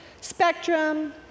spectrum